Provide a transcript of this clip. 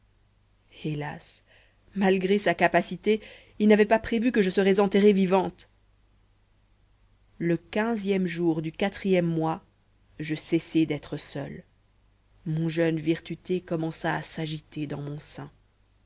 hélas malgré sa capacité il n'avait prévu que je serais enterrée vivante le quinzième jour du quatrième mois je cessai d'être seule mon jeune virtuté commença à s'agiter dans mon sein